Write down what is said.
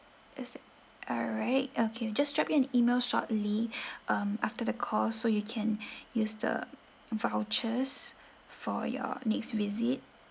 yes uh alright okay just drop you an email shortly um after the call so you can use the vouchers for your next visit